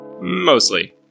Mostly